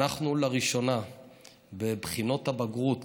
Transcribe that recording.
אנחנו לראשונה בבחינות הבגרות